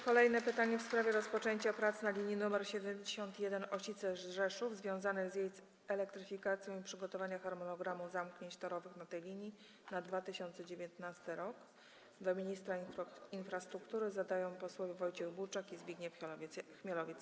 Kolejne pytanie, w sprawie rozpoczęcia prac na linii nr 71 Ocice - Rzeszów związanych z jej elektryfikacją i przygotowania harmonogramu zamknięć torowych na tej linii na 2019 r., do ministra infrastruktury, zadają posłowie Wojciech Buczak i Zbigniew Chmielowiec.